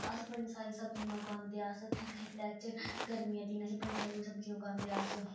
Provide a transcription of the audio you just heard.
अस बड़ी सारी सब्जियां उगांदे अस उत्थें खेतरे च गरमियें दिने सारी उत्थें सब्जी उगांदे अस